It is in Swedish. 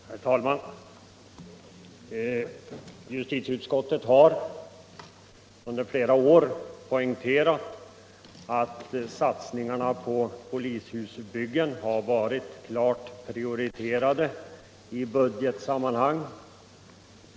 Herr talman! Justitieutskottet har under flera år poängterat att satsningarna på polishusbyggen har varit klart prioriterade i budgetsammanhang.